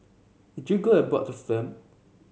did you go abroad to film